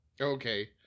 Okay